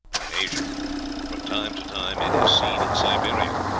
in asia from time to time it is seen in siberia.